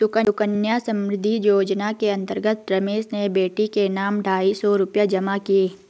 सुकन्या समृद्धि योजना के अंतर्गत रमेश ने बेटी के नाम ढाई सौ रूपए जमा किए